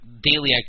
daily